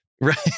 right